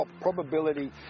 probability